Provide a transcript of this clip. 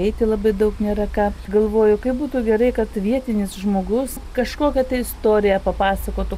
eiti labai daug nėra ką galvoju kaip būtų gerai kad vietinis žmogus kažkokią tai istoriją papasakotų